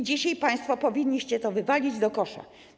Dzisiaj państwo powinniście to wywalić do kosza.